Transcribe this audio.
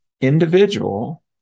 individual